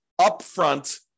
upfront